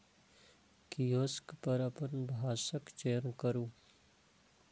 kiosk पर अपन भाषाक चयन करू